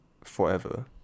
forever